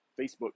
Facebook